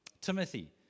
Timothy